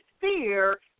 fear